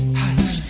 hush